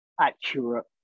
accurate